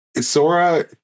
Sora